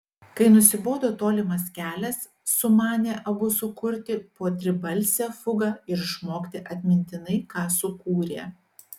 kai nusibodo tolimas kelias sumanė abu sukurti po tribalsę fugą ir išmokti atmintinai ką sukūrė